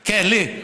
כן, לי.